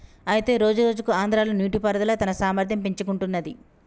అయితే రోజురోజుకు ఆంధ్రాలో నీటిపారుదల తన సామర్థ్యం పెంచుకుంటున్నది